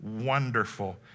Wonderful